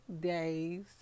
days